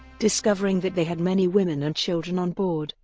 discovering that they had many women and children on board,